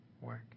work